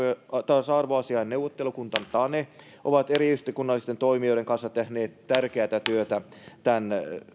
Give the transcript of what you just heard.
ja tasa arvoasiain neuvottelukunta tane ovat eri yhteiskunnallisten toimijoiden kanssa tehneet tärkeätä työtä tämän